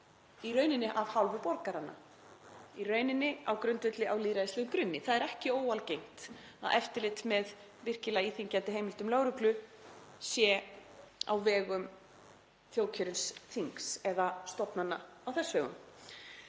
í rauninni af hálfu borgaranna, í rauninni á lýðræðislegum grunni. Það er ekki óalgengt að eftirlit með virkilega íþyngjandi heimildum lögreglu sé á vegum þjóðkjörins þings eða stofnana á þess vegum.